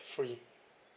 free